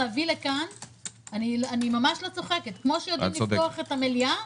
וכמו שאפשר לפתוח את המליאה,